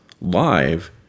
live